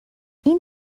این